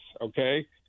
okay